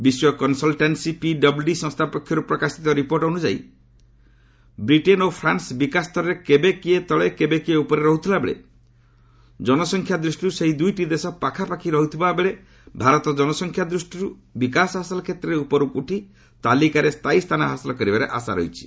ବିଶ୍ୱ consultancy PW C ସଂସ୍ଥା ପକ୍ଷରୁ ପ୍ରକାଶିତ ରିପୋର୍ଟ ଅନୁଯାୟୀ ବ୍ରିଟେନ ଓ ଫ୍ରାନ୍ସ ବିକାଶସ୍ତରରେ କେବେ କିଏ ତଳେ କେବେ କିଏ ଉପରେ ରହୁଥିଲାବେଳେ ଜନସଂଖ୍ୟା ଦୃଷ୍ଟିରୁ ସେହି ଦୁଇଟି ଦେଶ ପାଖାପାଖି ରହୁଥିବାବେଳେ ଭାରତ ଜନସଂଖ୍ୟା ଦୃଷ୍ଟିରୁ ବିକାଶ ହାସଲ କ୍ଷେତ୍ରରେ ଉପରକୁ ଉଠି ତାଲିକାରେ ସ୍ଥାୟୀସ୍ଥାନ ହାସଲ କରିବାରେ ଆଶା ରହିଛି